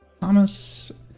Thomas